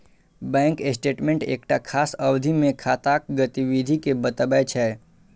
bank statement एकटा खास अवधि मे खाताक गतिविधि कें बतबै छै